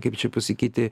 kaip čia pasakyti